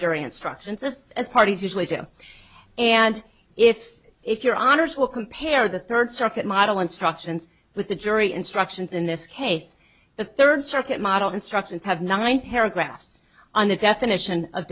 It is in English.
jury instructions as as parties usually do and if if your honour's will compare the third circuit model instructions with the jury instructions in this case the third circuit model instructions have nine paragraphs on the definition of